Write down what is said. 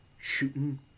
shooting